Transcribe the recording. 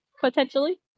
potentially